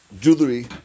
Jewelry